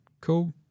cool